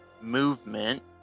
movement